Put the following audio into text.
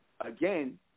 again